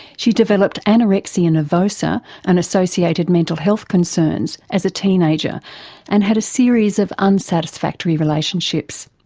she developed anorexia nervosa and associated mental health concerns as a teenager and had a series of unsatisfactory relationships.